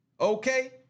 okay